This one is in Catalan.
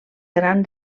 gran